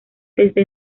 desde